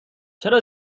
چرا